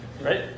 right